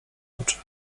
oczy